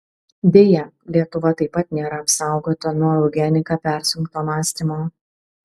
deja lietuva taip pat nėra apsaugota nuo eugenika persunkto mąstymo